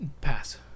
Pass